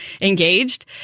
engaged